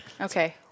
Okay